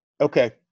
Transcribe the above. Okay